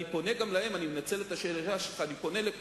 אני מנצל את השאלה שלך ופונה גם אליהם,